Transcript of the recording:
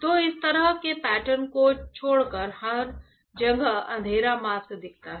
तो इस तरह के पैटर्न को छोड़कर हर जगह अंधेरा मास्क दिखता है